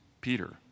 Peter